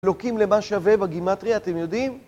אלוקים למה שווה בגימטריה, אתם יודעים?